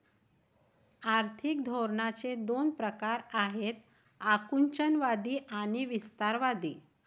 आर्थिक धोरणांचे दोन प्रकार आहेत आकुंचनवादी आणि विस्तारवादी